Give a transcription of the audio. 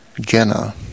Jenna